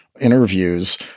interviews